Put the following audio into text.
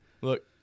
Look